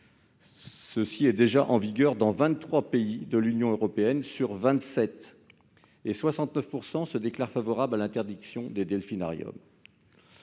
est déjà en vigueur dans 23 des 27 pays de l'Union européenne -et 69 % se déclarent favorables à l'interdiction des delphinariums.